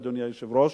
אדוני היושב-ראש,